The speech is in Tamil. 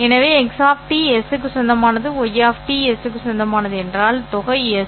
எனவே x S க்கு சொந்தமானது y S க்கு சொந்தமானது என்றால் தொகை S